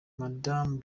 madamu